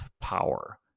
power